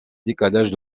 décalage